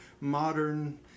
modern